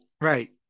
right